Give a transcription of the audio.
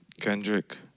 Kendrick